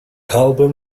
album